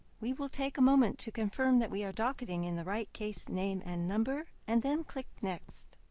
we will take a moment to confirm that we are docketing in the right case name and number, and then click next.